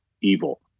evil